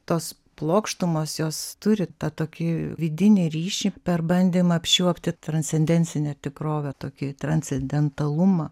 tos plokštumos jos turi tą tokį vidinį ryšį per bandymą apčiuopti transcendentinę tikrovę tokį transcendentalumą